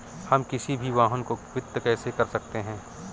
हम किसी भी वाहन को वित्त कैसे कर सकते हैं?